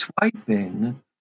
Swiping